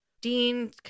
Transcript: Dean